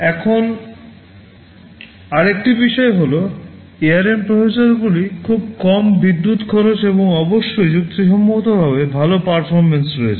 এখন আর একটি বিষয় হল ARM প্রসেসরগুলির খুব কম বিদ্যুত খরচ এবং অবশ্যই যুক্তিসঙ্গতভাবে ভাল পারফরম্যান্স রয়েছে